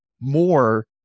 more